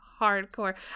hardcore